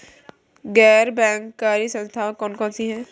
गैर बैंककारी संस्थाएँ कौन कौन सी हैं?